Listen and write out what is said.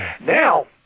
Now